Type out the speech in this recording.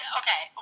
okay